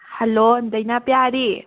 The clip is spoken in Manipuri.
ꯍꯜꯂꯣ ꯗꯥꯏꯅꯥꯄ꯭ꯌꯥꯔꯤ